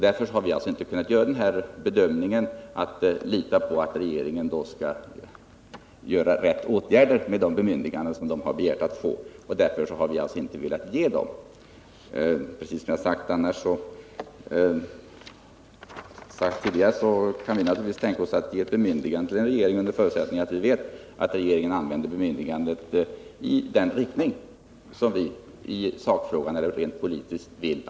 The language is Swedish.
Därför har vi inte ansett att vi kan lita på att regeringen kommer att vidta de rätta åtgärderna om den får det begärda bemyndigandet, och det är också anledningen till att vi inte velat ge regeringen detta. Men som jag sade tidigare kan vi naturligtvis tänka oss att ge ett bemyndigande till regeringen under förutsättning att vi vet att detta används för att vidta åtgärder i den politiska riktning som vi anser att man här bör ha i sakfrågan.